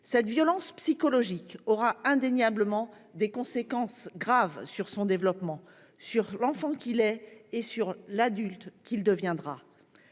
Cette violence psychologique aura incontestablement des effets graves sur son développement, sur l'enfant qu'il est et sur l'adulte qu'il deviendra.